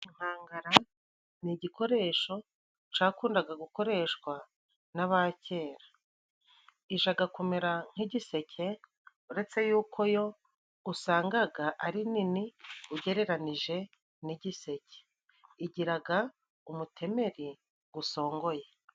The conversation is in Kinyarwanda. Inkangara ni igikoresho cakundaga gukoreshwa n'aba kera. Ijaga kumera nk'igiseke, uretse yuko yo usangaga ari nini ugereranije n'igiseke. Igiraga umutemeri gusongoye.